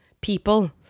people